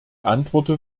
antworte